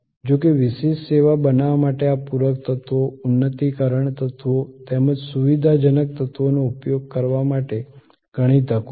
જો કે વિશિષ્ટ સેવા બનાવવા માટે આ પૂરક તત્વો ઉન્નતીકરણ તત્વો તેમજ સુવિધાજનક તત્વોનો ઉપયોગ કરવા માટે ઘણી તકો છે